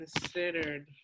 considered